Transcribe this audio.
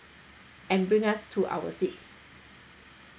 and bring us to our seats